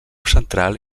central